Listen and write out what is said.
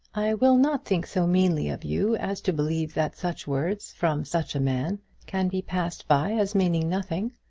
i will not think so meanly of you as to believe that such words from such a man can be passed by as meaning nothing.